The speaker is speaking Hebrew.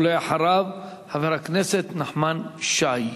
ואחריו, חבר הכנסת נחמן שי.